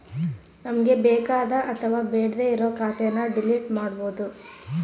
ನಮ್ಗೆ ಬೇಕಾದ ಅಥವಾ ಬೇಡ್ಡೆ ಇರೋ ಖಾತೆನ ಡಿಲೀಟ್ ಮಾಡ್ಬೋದು